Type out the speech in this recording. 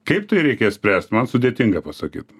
kaip tai reikės spręst man sudėtinga pasakyt